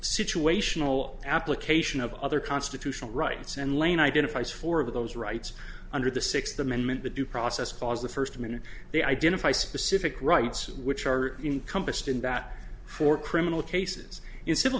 situational application of other constitutional rights and lane identifies four of those rights under the sixth amendment the due process clause the first minute they identify specific rights which are encompassed in that for criminal cases in civil